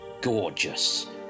gorgeous